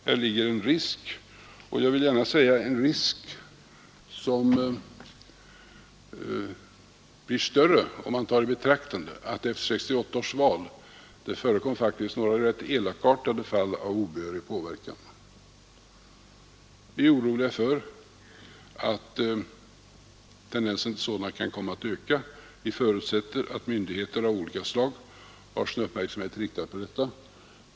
Här finns en risk, en risk som förefaller större om man tar i betraktande att det vid 1968 års val förekom några rätt elakartade fall av obehörig påverkan. Vi är oroliga för att tendensen till sådan kan komma att öka. Vi förutsätter att myndigheter av olika slag har sin uppmärksamhet riktad på detta.